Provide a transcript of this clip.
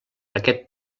aquest